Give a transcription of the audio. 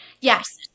Yes